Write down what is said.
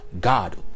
god